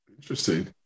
Interesting